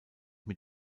mit